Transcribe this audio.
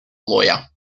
lawyer